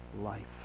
life